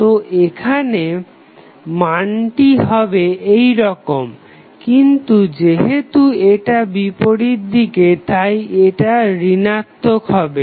তো এখানে মানটি হবে এইরকম কিন্তু যেহেতু এটা বিপরীত দিকে তাই এটা ঋণাত্মক হবে